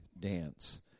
dance